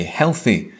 healthy